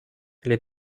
les